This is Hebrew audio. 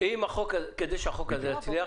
כדי שהחוק הזה יצליח,